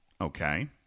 okay